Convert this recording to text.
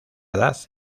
edad